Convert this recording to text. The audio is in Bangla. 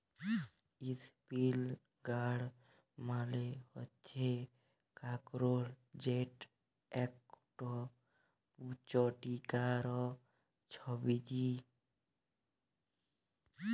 ইসপিলই গাড় মালে হচ্যে কাঁকরোল যেট একট পুচটিকর ছবজি